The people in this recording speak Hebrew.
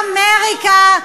אמריקה,